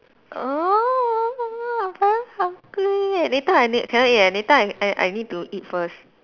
I'm very hungry later I need cannot already later I I I need to eat first